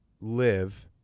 live